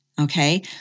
okay